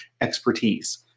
expertise